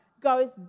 goes